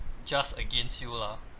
just against you lah